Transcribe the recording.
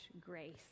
grace